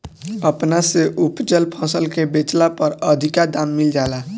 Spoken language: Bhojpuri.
अपना से उपजल फसल के बेचला पर अधिका दाम मिल जाला